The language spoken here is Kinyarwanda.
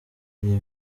iyi